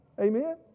Amen